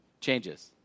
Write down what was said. changes